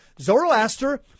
Zoroaster